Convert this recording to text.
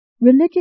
Religious